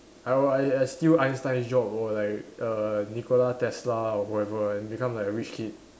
I will I I steal Einstein's job or like err Nikola Tesla or whoever and become like a rich kid